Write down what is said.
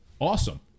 Awesome